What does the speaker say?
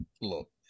Look